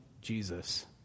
Jesus